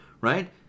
Right